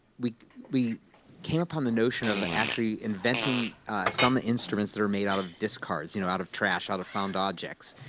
we we came upon the notion of actually inventing some instruments that are made out of discards, you know out of trash, out of found objects.